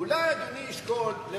אולי אדוני ישקול לבקש,